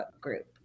group